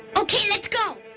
ok, let's go.